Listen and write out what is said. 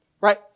right